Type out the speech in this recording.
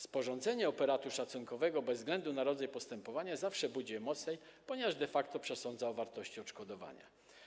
Sporządzenie operatu szacunkowego bez względu na rodzaj postępowania zawsze budzi emocje, ponieważ de facto przesądza o wartości odszkodowania.